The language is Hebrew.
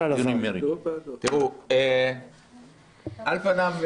על פניו,